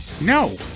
no